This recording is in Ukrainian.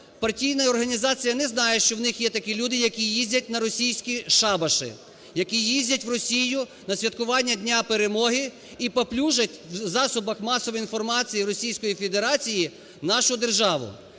партійна організація не знає, що у них є такі люди, які їздять на "російські шабаші", які їздять в Росію на святкування Дня Перемоги і паплюжать в засобах масової інформації Російської Федерації нашу державу.